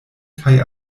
kaj